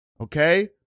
Okay